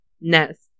nest